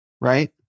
right